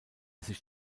sich